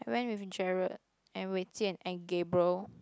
I went with Gerald and Wei-Jian and Gabriel